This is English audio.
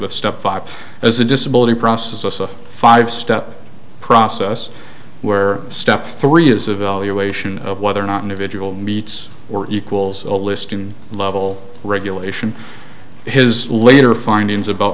five as a disability process a five step process where step three is evaluation of whether or not individual meets or equals a listing level regulation his later findings about